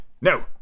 No